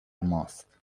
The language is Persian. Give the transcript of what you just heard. ماست